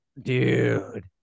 Dude